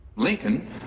Lincoln